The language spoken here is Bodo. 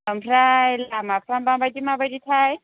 ओमफ्राय लामाफ्रा माबायदि माबायदिथाय